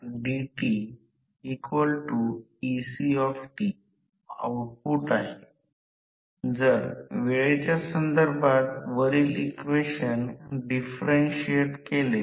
तरनंबर २ transformer प्रमाणे stator current च्या चुंबकीय प्रवाह घटकाच्या m आधी स्टेटर प्रेरित emf E1 90 डिग्री पेक्षा मागे राहतो